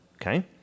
Okay